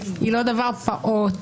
היא לא דבר פעוט.